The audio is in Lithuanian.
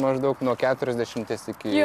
maždaug nuo keturiasdešimties iki